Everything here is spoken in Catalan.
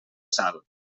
sal